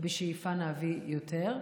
ובשאיפה נביא יותר,